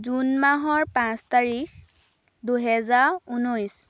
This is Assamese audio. জুন মাহৰ পাঁচ তাৰিখ দুহেজাৰ ঊনৈছ